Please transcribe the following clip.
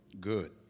good